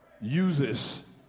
uses